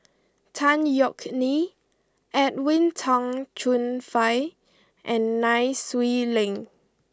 Tan Yeok Nee Edwin Tong Chun Fai and Nai Swee Leng